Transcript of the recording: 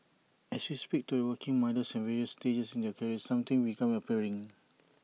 as we speak to working mothers at various stages in their careers some things become apparent